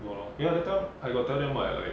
go lor ya lah come I got tell them [what] like